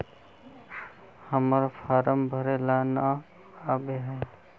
हम्मर फारम भरे ला न आबेहय?